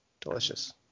delicious